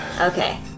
Okay